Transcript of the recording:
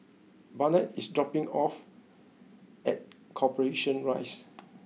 Barnett is dropping off at Corporation Rise